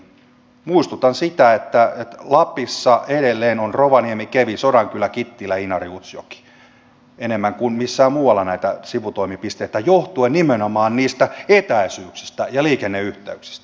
muistutan että lapissa edelleen ovat rovaniemi kemi sodankylä kittilä inari utsjoki on enemmän kuin missään muualla näitä sivutoimipisteitä johtuen nimenomaan niistä etäisyyksistä ja liikenneyhteyksistä